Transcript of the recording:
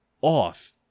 off